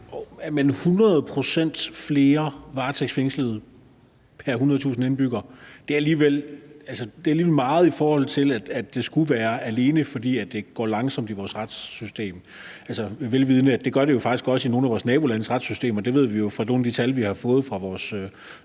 Jo, men 100 pct. flere varetægtsfængslede pr. 100.000 indbyggere er alligevel meget, i forhold til at det alene skulle være, fordi det går langsomt i vores retssystem, vel vidende at det faktisk også gør det i nogle af vores nabolandes retssystemer. Det ved vi jo fra nogle af de tal, vi har fået fra vores